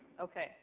Okay